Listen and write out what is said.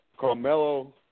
Carmelo